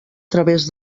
través